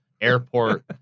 airport